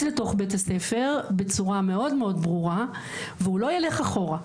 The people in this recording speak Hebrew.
לתוך בית הספר בצורה מאוד ברורה והוא לא ילך אחורה.